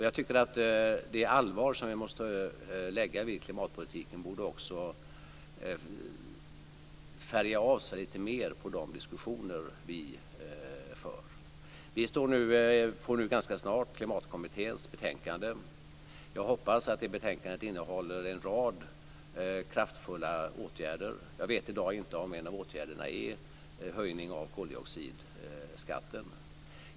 Jag tycker att det allvar som vi måste lägga vid klimatpolitiken också borde färga av sig lite mer på de diskussioner vi för. Vi får nu ganska snart Klimatkommitténs betänkande. Jag hoppas att det betänkandet innehåller en rad kraftfulla åtgärder. Jag vet i dag inte om en av åtgärderna är en höjning av koldioxidskatten.